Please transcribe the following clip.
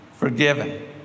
Forgiven